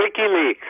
WikiLeaks